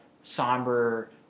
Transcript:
somber